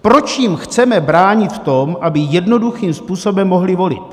Proč jim chceme bránit v tom, aby jednoduchým způsobem mohli volit?